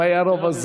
אם היה רוב,